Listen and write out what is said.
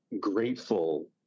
grateful